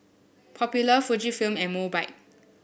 popular Fujifilm and Mobike